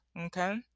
okay